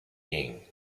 ying